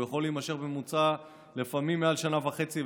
יכול להימשך בממוצע לפעמים מעל שנה וחצי.